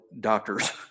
doctors